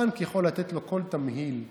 הבנק יכול לתת לו כל תמהיל שהוא,